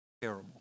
Terrible